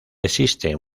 existe